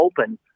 open